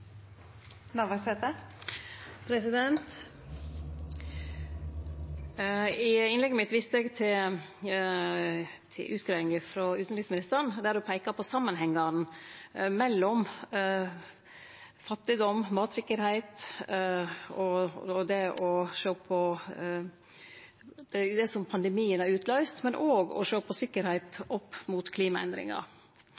I innlegget mitt viste eg til utgreiinga frå utanriksministeren der ho peikar på samanhengane mellom fattigdom, matsikkerheit og det som pandemien har utløyst, men òg å sjå på sikkerheit